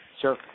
Sure